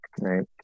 right